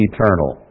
Eternal